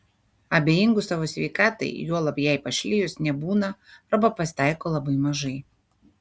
abejingų savo sveikatai juolab jai pašlijus nebūna arba pasitaiko labai mažai